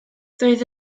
doedd